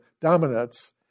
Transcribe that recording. dominance